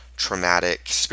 Traumatic